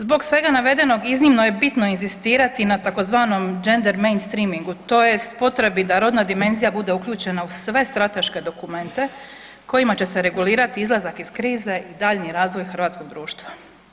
Zbog svega navedenoga, iznimno je bitno inzistirati na tzv. Gender mainstreamingu tj. potrebi da rodna dimenzija bude uključena u sve strateške dokumente kojima će se regulirati izlazak iz krize i daljnji razvoj hrvatskog društva.